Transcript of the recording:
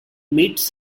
meets